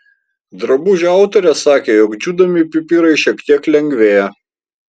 drabužio autorės sakė jog džiūdami pipirai šiek tiek lengvėja